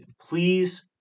please